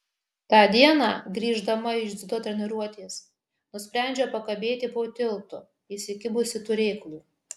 tą dieną grįždama iš dziudo treniruotės nusprendžiau pakabėti po tiltu įsikibusi turėklų